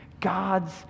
God's